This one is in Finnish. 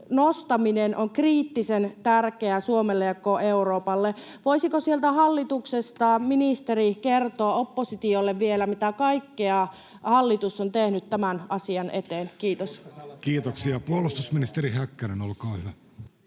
nostaminen on kriittisen tärkeää Suomelle ja koko Euroopalle. Voisiko sieltä hallituksesta ministeri kertoa oppositiolle vielä, mitä kaikkea hallitus on tehnyt tämän asian eteen? — Kiitos. [Sosiaalidemokraattien